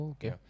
Okay